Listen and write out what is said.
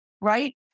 right